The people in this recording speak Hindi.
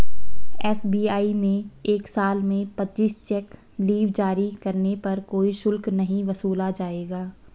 एस.बी.आई में एक साल में पच्चीस चेक लीव जारी करने पर कोई शुल्क नहीं वसूला जाएगा